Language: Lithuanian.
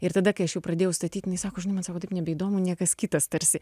ir tada kai aš pradėjau statyt jinai sako žinai man jausako taip nebeįdomu niekas kitas tarsi